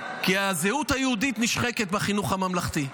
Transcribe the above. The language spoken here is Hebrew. כי הזהות היהודית נשחקת בחינוך הממלכתי.